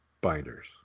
binders